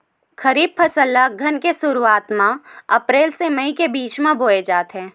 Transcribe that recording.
खरीफ फसल ला अघ्घन के शुरुआत में, अप्रेल से मई के बिच में बोए जाथे